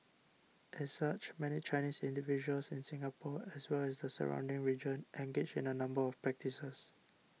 as such many Chinese individuals in Singapore as well as the surrounding region engage in a number of practices